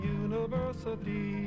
university